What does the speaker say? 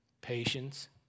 patience